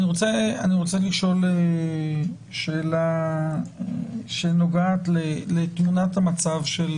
אני רוצה לשאול שאלה שנוגעת לתמונת המצב של